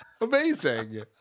Amazing